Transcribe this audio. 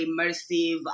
immersive